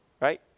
right